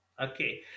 Okay